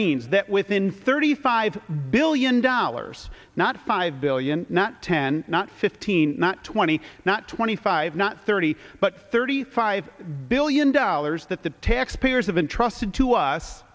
means that within thirty five billion dollars not five billion not ten not fifteen not twenty not twenty five not thirty but thirty five billion dollars that the taxpayers have been trusted to us